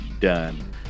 done